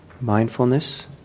Mindfulness